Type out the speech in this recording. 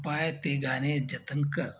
कृपया ते गाणे जतन कर